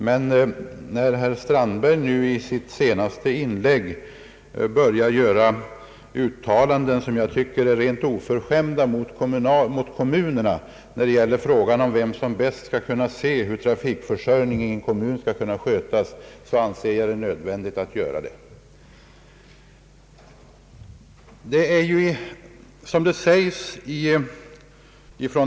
Men när herr Strandberg i sitt senaste inlägg gjorde uttalanden som jag tycker är rent oförskämda mot kommunerna, när det gäller frågan om vem som bäst kan se hur trafikverksamheten i en kommun skall skötas, ansåg jag det nödvändigt att begära ordet.